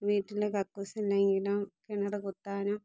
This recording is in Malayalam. വീട്ടിലെ കക്കൂസ് ഇല്ലെങ്കിലും കിണർ കുത്താനും